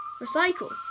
Recycle